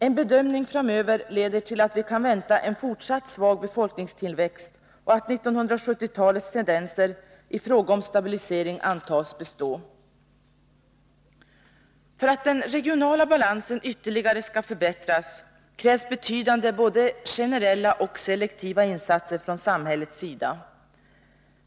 En bedömning framöver ger vid handen att vi kan vänta en fortsatt svag befolkningstillväxt och att 1970-talets tendenser i fråga om stabilisering kan antas bestå. För att den regionala balansen ytterligare skall förbättras krävs betydande både generella och selektiva insatser från samhällets sida.